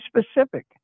specific